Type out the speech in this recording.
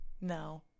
no